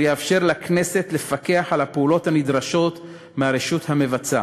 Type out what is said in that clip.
יאפשר לכנסת לפקח על הפעולות הנדרשות מהרשות המבצעת.